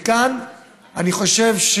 וכאן אני חושב,